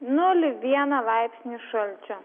nulį vieną laipsnį šalčio